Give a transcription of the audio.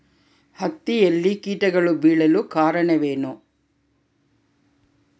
ಹತ್ತಿಯಲ್ಲಿ ಕೇಟಗಳು ಬೇಳಲು ಕಾರಣವೇನು?